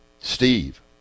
Steve